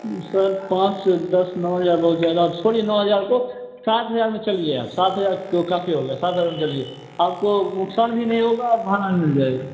sir पाँच से दस नौ हज़ार बहुत ज़्यादा अब छोड़िए नौ हज़ार को सात हज़ार में चलिए आप सात हज़ार तो काफ़ी हो गया सात हज़ार में चलिए आपको नुक़सान भी नहीं होगा और भाड़ा भी मिल जाएगा